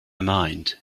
mind